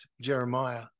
jeremiah